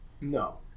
No